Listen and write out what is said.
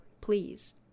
please